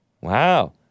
Wow